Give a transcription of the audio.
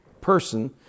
person